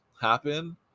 happen